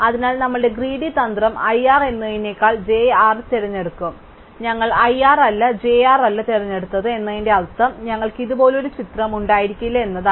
അതിനാൽ നമ്മുടെ ഗ്രീഡി തന്ത്രം i r എന്നതിനേക്കാൾ j r തിരഞ്ഞെടുക്കും അതിനാൽ ഞങ്ങൾ i r അല്ല j r അല്ല തിരഞ്ഞെടുത്തത് എന്നതിനർത്ഥം ഞങ്ങൾക്ക് ഇതുപോലൊരു ചിത്രം ഉണ്ടായിരിക്കില്ല എന്നാണ്